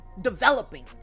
developing